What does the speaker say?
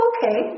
Okay